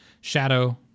Shadow